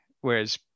whereas